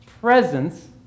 presence